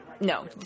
No